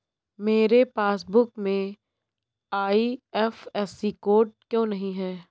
मेरे पासबुक में IFSC code क्यो नहीं है?